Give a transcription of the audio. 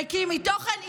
ריקים מתוכן,